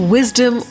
Wisdom